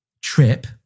trip